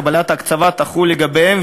קבלת ההקצבה תחול לגביהם,